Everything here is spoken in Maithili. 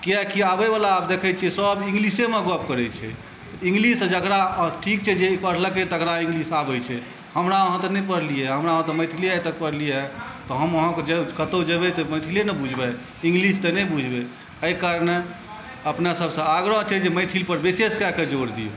किएकि आबय बला आब देखै छियै जे आब सब इंगलिशेमे गप करै छै इंगलिश जकरा ठीक छै जे पढ़लकै तकरा इंगलिश आबै छै हमरा अहाँ तऽ नहि पढ़लियै हमरा अहाँ तऽ मैथिलिये आइ तक पढ़लियै ये तँ हम अहाँ जे कतहु जेबै तऽ मैथिलिये ने बुझबै इंगलिश तऽ नहि बुझबै ऐहि कारणे अपने सबसँ आग्रह छै जे मैथिलपर विशेष कए कए जोर दियौ